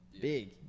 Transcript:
big